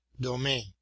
domain